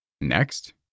Next